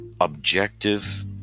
objective